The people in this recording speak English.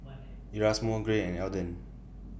Erasmo Gray and Elden